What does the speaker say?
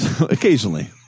occasionally